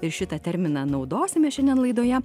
ir šitą terminą naudosime šiandien laidoje